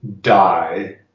die